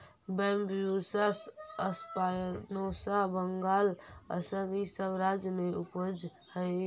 Bambusa spinosa Bengal, Assam इ सब राज्य में उपजऽ हई